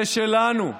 זה שלנו.